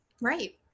Right